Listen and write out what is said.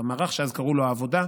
שקראו לו אז "העבודה",